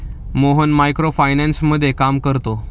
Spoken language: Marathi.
मोहन मायक्रो फायनान्समध्ये काम करतो